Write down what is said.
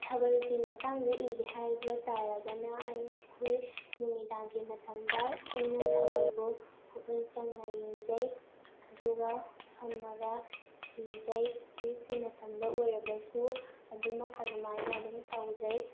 ꯊꯥꯕꯜꯒꯤ ꯃꯇꯥꯡꯗ ꯏꯒꯦ ꯍꯥꯏꯕ ꯇꯥꯔꯒꯅ ꯑꯩꯈꯣꯏ ꯅꯨꯃꯤꯗꯥꯡꯒꯤ ꯃꯇꯝꯗ ꯑꯩꯅ ꯊꯥꯕꯜꯕꯨ ꯄꯨꯛꯅꯤꯡ ꯆꯪꯅ ꯌꯦꯡꯖꯩ ꯑꯗꯨꯒ ꯐꯝꯃꯒ ꯏꯖꯩ ꯑꯌꯨꯛꯀꯤ ꯃꯇꯝꯗ ꯑꯣꯏꯔꯕꯁꯨ ꯑꯗꯨꯃꯛ ꯑꯗꯨꯃꯥꯏꯅ ꯑꯗꯨꯝ ꯇꯧꯖꯩ